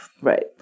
right